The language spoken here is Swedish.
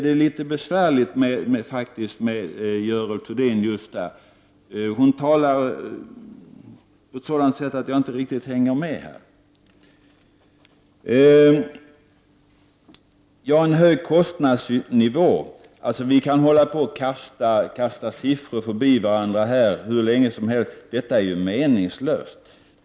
Det är litet besvärligt med Görel Thurdin, eftersom hon talar på ett sådant sätt att jag inte riktigt hänger med. En hög kostnadsnivå nämndes. Vi kan kasta siffror förbi varandra här hur länge som helst. Det är meningslöst.